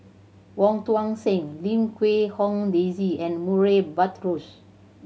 Wong Tuang Seng Lim Quee Hong Daisy and Murray Buttrose